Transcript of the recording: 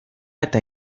eta